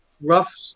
rough